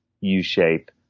u-shape